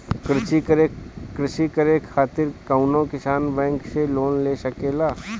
कृषी करे खातिर कउन किसान बैंक से लोन ले सकेला?